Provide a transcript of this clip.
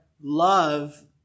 love